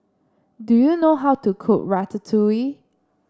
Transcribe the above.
do you know how to cook Ratatouille